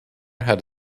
had